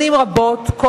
שנים רבות